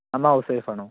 അമ്മ house wife ആണോ